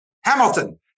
Hamilton